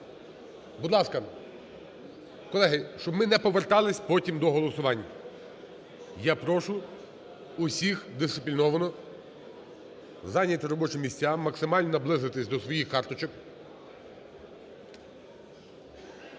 Будь ласка, колеги, щоб ми не повертались потім до голосування. Я прошу всіх дисципліновано зайняти робочі місця, максимально наблизитись до своїх карточок.